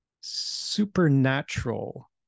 supernatural